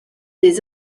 des